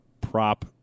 prop